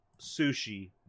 sushi